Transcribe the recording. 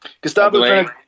Gustavo